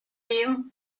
you